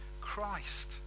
Christ